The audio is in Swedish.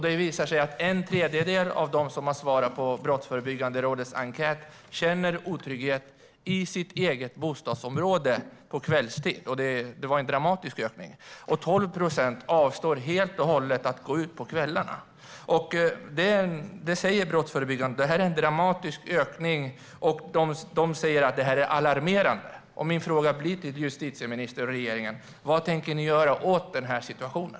Det visar sig att en tredjedel av dem som har svarat på Brottsförebyggande rådets enkät känner otrygghet i sitt eget bostadsområde på kvällstid - en dramatisk ökning - och att 12 procent helt och hållet avstår från att gå ut på kvällen. Det är alltså en dramatisk ökning, och Brottsförebyggande rådet säger att detta är alarmerande. Min fråga till justitieministern och regeringen är: Vad tänker ni göra åt den här situationen?